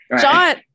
John